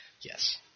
Yes